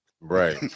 Right